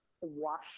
wash